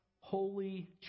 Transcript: holy